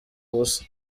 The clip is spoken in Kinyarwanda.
ubusa